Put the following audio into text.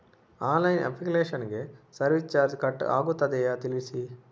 Online application ಗೆ service charge cut ಆಗುತ್ತದೆಯಾ ತಿಳಿಸಿ?